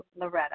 Loretta